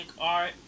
art